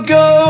go